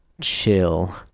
chill